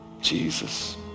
Jesus